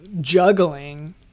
juggling